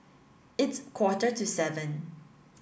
its quarter to seven